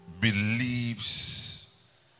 believes